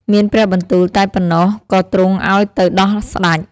មានព្រះបន្ទូលតែប៉ុណ្ណោះ ក៏ទ្រង់អោយទៅដោះស្ដេច។